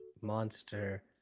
monster